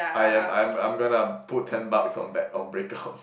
I am I'm I'm gonna put ten bucks on bad on break up